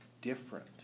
different